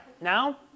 now